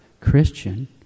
Christian